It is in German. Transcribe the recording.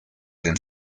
den